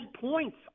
points